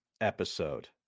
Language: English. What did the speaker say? episode